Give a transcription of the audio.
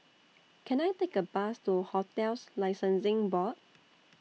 Can I Take A Bus to hotels Licensing Board